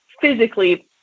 physically